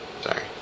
Sorry